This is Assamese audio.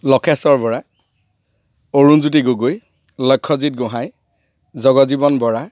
লখেশ্বৰ বৰা অৰুণজ্যোতি গগৈ লক্ষ্যজিত গোহাঁই জগজীৱন বৰা